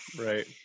right